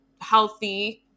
healthy